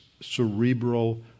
cerebral